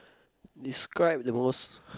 describe the most